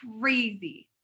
crazy